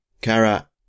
Kara